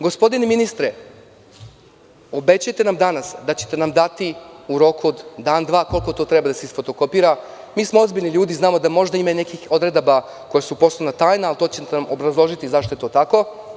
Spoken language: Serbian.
Gospodine ministre, obećate nam danas da ćete nam dati u roku od dan-dva koliko to treba da se isfotokopira, ozbiljni smo ljudi znamo da možda ima nekih odredbi koje su poslovna tajna, ali obrazložićete nam zašto je to tako.